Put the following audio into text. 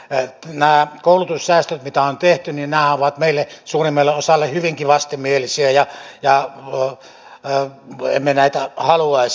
nämä koulutussäästöthän mitä on tehty ovat meille suurimmalle osalle hyvinkin vastenmielisiä ja emme näitä haluaisi